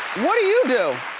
what do you do?